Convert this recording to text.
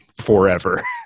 forever